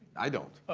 i don't.